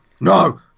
no